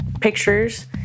pictures